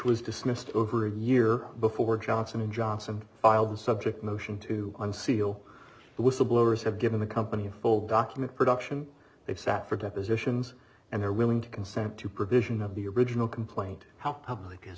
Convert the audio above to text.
was dismissed over a year before johnson and johnson filed subject motion to unseal the whistleblowers have given the company full document production they've sat for depositions and they're willing to consent to provision of the original complaint how public is